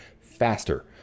faster